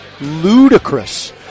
Ludicrous